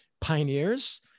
pioneers